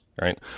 right